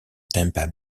tampa